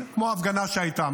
כמו ההפגנה שהייתה.